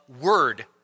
word